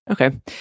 Okay